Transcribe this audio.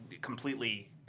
completely